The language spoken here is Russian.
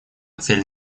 цель